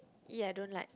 I don't like